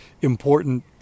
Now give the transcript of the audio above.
important